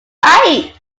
right